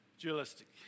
dualistic